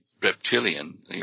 reptilian